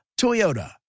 Toyota